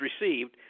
received